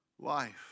life